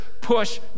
push